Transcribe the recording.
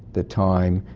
the time,